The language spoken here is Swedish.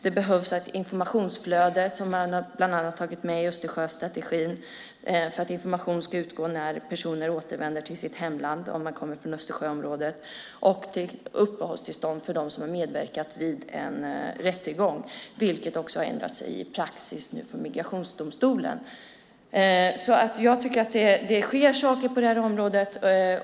Det handlar om informationsflödet, som man bland annat har tagit med i Östersjöstrategin, att information ska utgå när personer återvänder till sitt hemland, om de kommer från Östersjöområdet, och om uppehållstillstånd för dem som har medverkat vid en rättegång. Detta har nu också ändrats i praxis i Migrationsdomstolen. Jag tycker alltså att det sker saker på det här området.